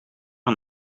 een